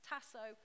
Tasso